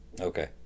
Okay